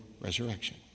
resurrection